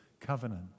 covenant